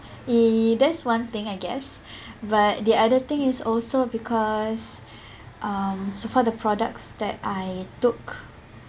eh that's one thing I guess but the other thing is also because um so far the products that I took